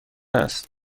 است